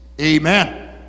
amen